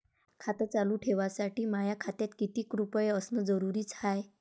खातं चालू ठेवासाठी माया खात्यात कितीक रुपये असनं जरुरीच हाय?